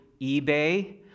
eBay